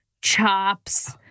chops